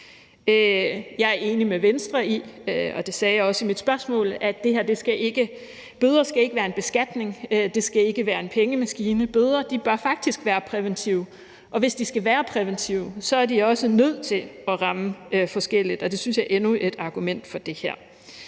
Jeg er enig med Venstre i – og det sagde jeg også i mit spørgsmål – at bøder ikke skal være en beskatning. Det skal ikke være en pengemaskine. Bøder bør faktisk være præventive. Og hvis de skal være præventive, er de også nødt til at ramme forskelligt, og det synes jeg er endnu et argument for det her